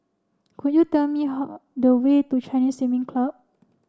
could you tell me the way to Chinese Swimming Club